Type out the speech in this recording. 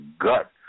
gut